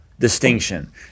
distinction